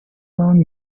around